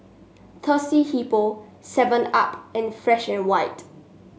Thirsty Hippo Seven Up and Fresh And White